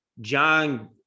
john